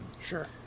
Sure